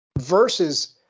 versus